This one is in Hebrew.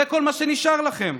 זה כל מה שנשאר לכם.